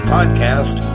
Podcast